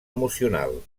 emocional